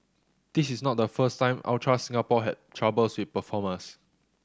this is not the first time Ultra Singapore had troubles with performers